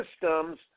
systems